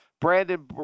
Brandon